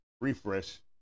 Refresh